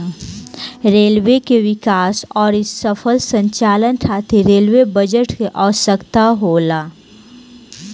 railway के विकास अउरी सफल संचालन खातिर रेलवे बजट के आवसकता होला